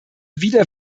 wieder